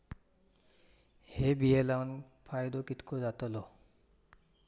हे बिये लाऊन फायदो कितको जातलो?